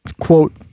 quote